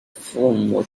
父母